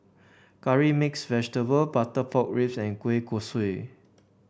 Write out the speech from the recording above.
Curry Mixed Vegetable Butter Pork Ribs and Kueh Kosui